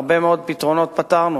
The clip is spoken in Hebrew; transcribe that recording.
הרבה מאוד פתרונות פתרנו.